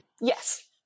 Yes